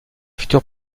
futurs